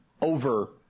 over